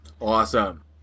Awesome